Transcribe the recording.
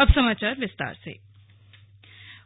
slug Gadkari CM भेंट